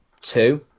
two